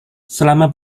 selama